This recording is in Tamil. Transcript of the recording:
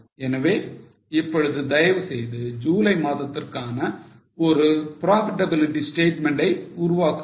எனவே இப்பொழுது தயவு செய்து ஜூலை மாதத்திற்கான ஒரு profitability statement ஐ உருவாக்குங்கள்